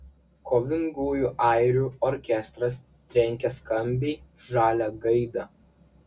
kovingųjų airių orkestras trenkia skambiai žalią gaidą